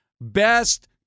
best